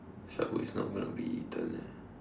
subway is not gonna be eaten eh